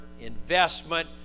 investment